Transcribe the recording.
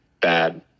bad